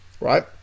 right